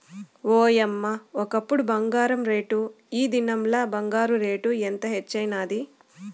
ఓయమ్మ, ఒకప్పుడు బంగారు రేటు, ఈ దినంల బంగారు రేటు ఎంత హెచ్చైనాది